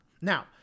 Now